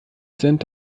sind